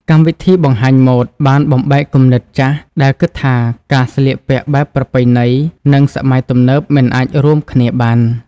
កម្មវិធីបង្ហាញម៉ូដបានបំបែកគំនិតចាស់ដែលគិតថាការស្លៀកពាក់បែបប្រពៃណីនិងសម័យទំនើបមិនអាចរួមគ្នាបាន។